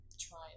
try